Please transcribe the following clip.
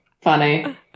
Funny